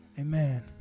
Amen